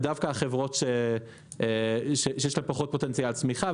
דווקא החברות שיש להן פחות פוטנציאל צמיחה.